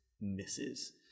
misses